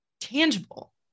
tangible